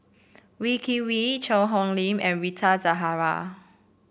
Wee Kim Wee Cheang Hong Lim and Rita Zahara